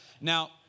Now